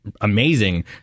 amazing